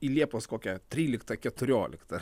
į liepos kokią tryliktą keturioliktą